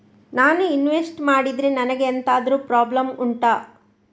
ನಾನು ಇನ್ವೆಸ್ಟ್ ಮಾಡಿದ್ರೆ ನನಗೆ ಎಂತಾದ್ರು ಪ್ರಾಬ್ಲಮ್ ಉಂಟಾ